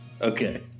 Okay